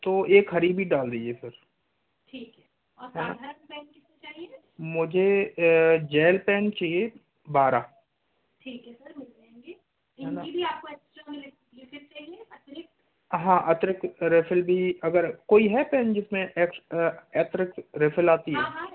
तो एक हरी भी डाल दीजिए सर मुझे जेल पेन चाहिए बारह है ना हाँ अतिरिक्त रिफिल भी कोई है पेन जिसमें एक्स्ट्रा रिफिल आती हो